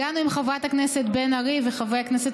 הגענו עם חברת הכנסת בן ארי וחברי הכנסת